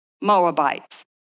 Moabites